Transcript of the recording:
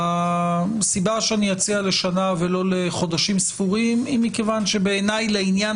הסיבה שאני אציע לשנה ולא לחודשים ספורים היא מכיוון שבעיניי לעניין